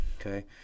okay